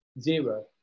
zero